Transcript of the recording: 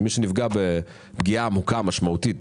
אתה אמרת שמי שנפגע פגיעה עמוקה ומשמעותית,